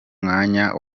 mwanya